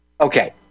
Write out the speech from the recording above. Okay